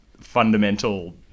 fundamental